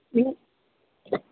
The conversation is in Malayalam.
നിങ്